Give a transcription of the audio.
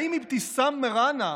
האם אבתיסאם מראענה,